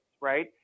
right